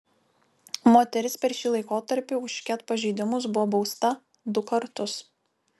moteris per šį laikotarpį už ket pažeidimus buvo bausta du kartus